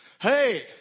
Hey